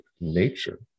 nature